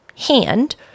Hand